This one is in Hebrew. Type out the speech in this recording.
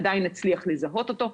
עדיין נצליח לזהות אותו.